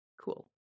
Cool